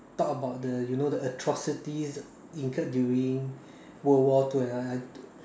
talk about the you know the atrocities incurred during world war two and all that I don't